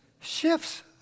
shifts